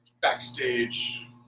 backstage